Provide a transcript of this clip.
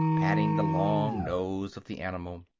patting the long nose of the animal.